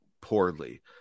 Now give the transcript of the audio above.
poorly